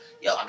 Yo